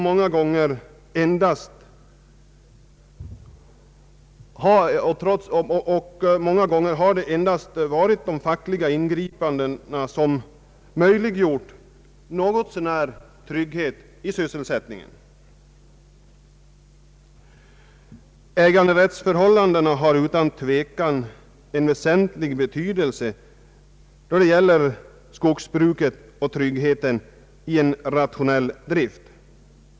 Många gånger har det endast varit de fackliga ingripandena som möjliggjort någorlunda trygghet i sysselsättningen. Äganderättsförhållandena har utan tvekan en väsentlig betydelse när det gäller skogsbruket och tryggheten i en rationell drift.